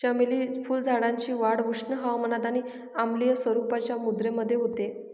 चमेली फुलझाडाची वाढ उष्ण हवामानात आणि आम्लीय स्वरूपाच्या मृदेमध्ये होते